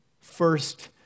First